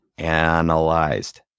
Analyzed